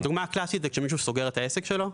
הדוגמה הקלאסית היא כשמישהו סוגר את העסק שלו.